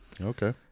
Okay